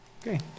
Okay